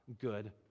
good